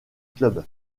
club